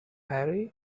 harry